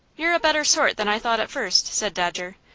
you're a better sort than i thought at first, said dodger.